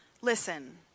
Listen